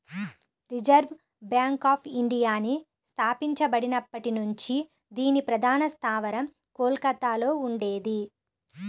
reserve bank of ఇండియాని స్థాపించబడినప్పటి నుంచి దీని ప్రధాన స్థావరం కోల్కతలో ఉండేది